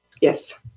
yes